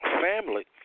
family